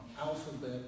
alphabet